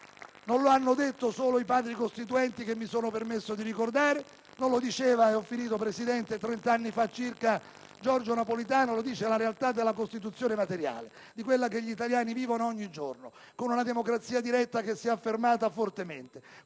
non lo hanno detto solo i Padri costituenti che mi sono permesso di ricordare né lo diceva, circa trent'anni fa, solo Giorgio Napolitano, ma lo dice la realtà della Costituzione materiale, quella che gli italiani vivono ogni giorno con una democrazia diretta che si è affermata fortemente,